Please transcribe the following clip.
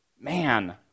man